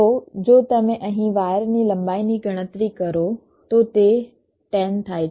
તો જો તમે અહીં વાયરની લંબાઈની ગણતરી કરો તો તે 10 થાય છે